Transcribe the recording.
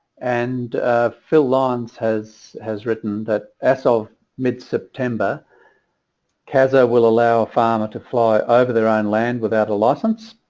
and phil lyons has has written that as of mid september casa will allow farmers to fly over their own land without a license